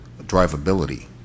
drivability